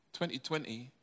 2020